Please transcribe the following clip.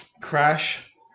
Crash